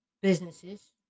businesses